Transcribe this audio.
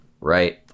right